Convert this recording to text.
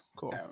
cool